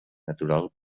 natural